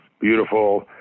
Beautiful